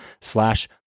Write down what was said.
slash